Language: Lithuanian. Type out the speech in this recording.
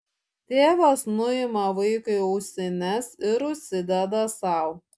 tėvas nuima vaikui ausines ir užsideda sau